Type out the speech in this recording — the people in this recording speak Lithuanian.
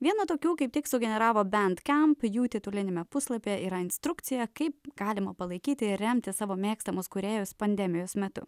vieną tokių kaip tik sugeneravo bandcamp jų tituliniame puslapyje yra instrukcija kaip galima palaikyti ir remti savo mėgstamus kūrėjus pandemijos metu